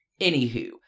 Anywho